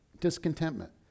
discontentment